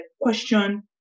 question